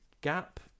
gap